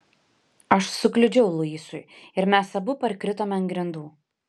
aš sukliudžiau luisui ir mes abu parkritome ant grindų